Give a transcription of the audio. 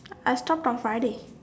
I stopped on Friday